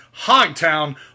Hogtown